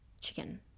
chicken